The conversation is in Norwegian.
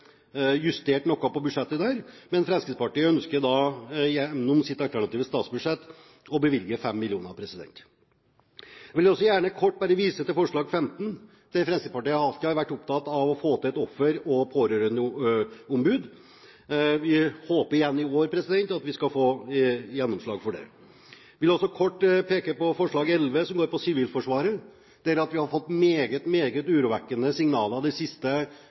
justert noe på budsjettet der, men Fremskrittspartiet ønsker gjennom sitt alternative statsbudsjett å styrke bevilgningen med 5 mill. kr. Jeg vil gjerne også kort vise til forslag nr. 15. Fremskrittspartiet har alltid vært opptatt av å få til et offer- og pårørendeombud. Vi håper igjen at vi i år skal få gjennomslag for det. Jeg vil også kort peke for forslag nr. 11, som går på Sivilforsvaret. Her har vi fått meget, meget urovekkende signaler de siste